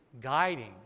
guiding